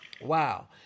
Wow